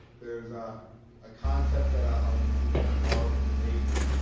there's a ah concept that ah um i'm going to borrow from the navy that,